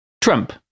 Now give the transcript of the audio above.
Trump